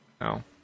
no